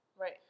Right